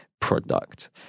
product